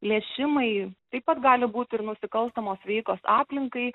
plėšimai taip pat gali būti ir nusikalstamos veikos aplinkai